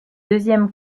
deuxième